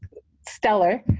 stellar.